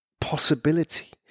possibility